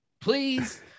Please